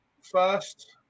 first